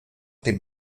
dem